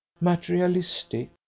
materialistic